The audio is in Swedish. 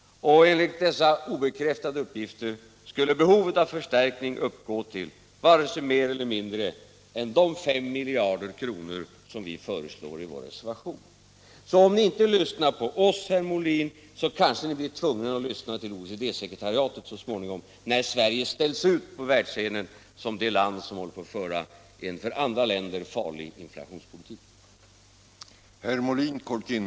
Enligt dessa obekräftade uppgifter skulle behovet av förstärkning uppgå till varken mer eller mindre än de 5 miljarder kronor som vi föreslår i vår reservation. Så om ni inte lyssnar på oss, herr Molin, blir ni kanske tvungen att så småningom lyssna på OECD-sekretariatet, när Sverige ställs ut på världsscenen som det land som håller på att föra en för andra länder farlig inflationspolitik.